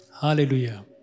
Hallelujah